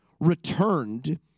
returned